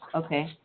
okay